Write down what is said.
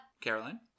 Caroline